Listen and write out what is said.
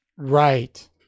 Right